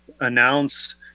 announce